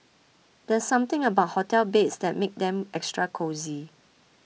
there's something about hotel beds that makes them extra cosy